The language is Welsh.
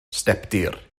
stepdir